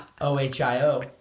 OHIO